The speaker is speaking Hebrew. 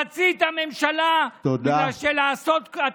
רצית ממשלה של לעשות, תודה.